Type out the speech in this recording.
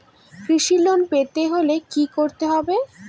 কৃষি লোন পেতে হলে কি করতে হবে?